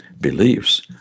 Beliefs